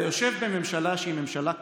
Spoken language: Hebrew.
אתה יושב בממשלה שהיא ממשלה כנועה,